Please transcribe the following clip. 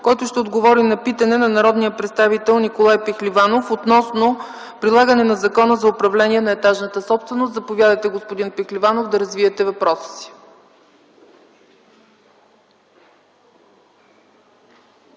който ще отговори на питане на народния представител Николай Пехливанов относно прилагане на Закона за управление на етажната собственост. Заповядайте, господин Пехливанов, да развиете въпроса си.